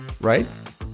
right